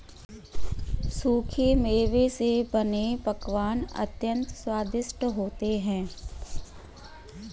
सूखे मेवे से बने पकवान अत्यंत स्वादिष्ट होते हैं